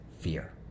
fear